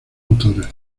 autores